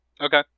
Okay